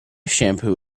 shampoo